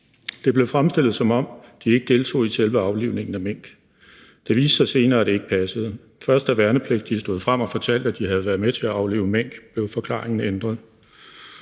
Det blev fremstillet, som om de ikke deltog i selve aflivningen af mink. Det viste sig senere, at det ikke passede. Først da værnepligtige stod frem og fortalte, at de havde været med til at aflive mink, blev forklaringen ændret.